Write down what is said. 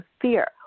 fear